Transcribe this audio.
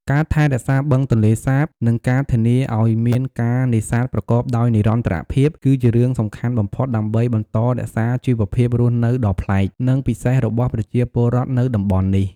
ការថែរក្សាបឹងទន្លេសាប និងការធានាឱ្យមានការនេសាទប្រកបដោយនិរន្តរភាព គឺជារឿងសំខាន់បំផុតដើម្បីបន្តរក្សាជីវភាពរស់នៅដ៏ប្លែក និងពិសេសរបស់ប្រជាពលរដ្ឋនៅតំបន់នេះ។